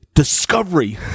Discovery